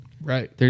Right